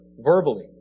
verbally